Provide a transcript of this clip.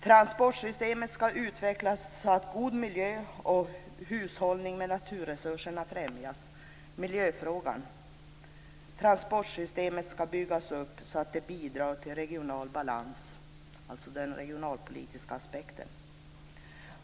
Transportsystemet skall utvecklas så att en god miljö och hushållning med naturresurserna främjas. Det gäller miljöfrågan. Transportsystemet skall byggas upp så att det bidrar till regional balans. Det är den regionalpolitiska aspekten.